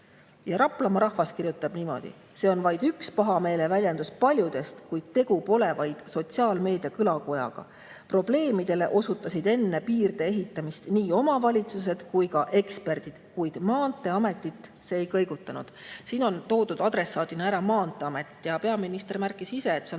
Raplamaa rahvas kirjutab niimoodi: see on vaid üks pahameeleväljendus paljudest, kuid tegu pole vaid sotsiaalmeedia kõlakojaga, probleemidele osutasid enne piirde ehitamist nii omavalitsused kui ka eksperdid, kuid maanteeametit see ei kõigutanud. Siin on toodud adressaadina ära maanteeamet ja peaminister märkis ise, et see on